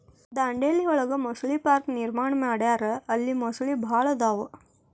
ದಾಂಡೇಲಿ ಒಳಗ ಮೊಸಳೆ ಪಾರ್ಕ ನಿರ್ಮಾಣ ಮಾಡ್ಯಾರ ಇಲ್ಲಿ ಮೊಸಳಿ ಭಾಳ ಅದಾವ